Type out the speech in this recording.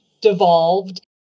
devolved